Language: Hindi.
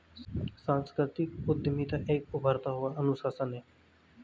सांस्कृतिक उद्यमिता एक उभरता हुआ अनुशासन है